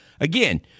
again